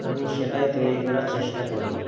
আমি সেটাই তৈরি করার চেষ্টা করি